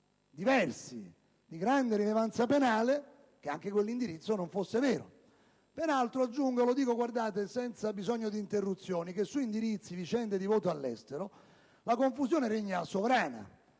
diversi, di grande rilevanza penale, che anche quell'indirizzo non fosse vero. Peraltro, aggiungo - e lo dico senza bisogno di interruzioni - che su indirizzi e vicende di voto all'estero la confusione regna sovrana,